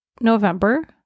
november